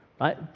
right